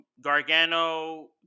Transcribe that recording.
Gargano